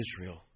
Israel